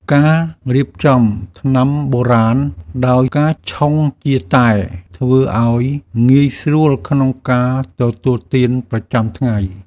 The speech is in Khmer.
ការរៀបចំថ្នាំបុរាណដោយការឆុងជាតែ ធ្វើឱ្យងាយស្រួលក្នុងការទទួលទានប្រចាំថ្ងៃ។